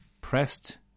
pressed